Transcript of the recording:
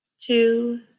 two